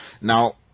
Now